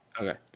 Okay